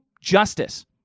justice